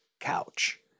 couch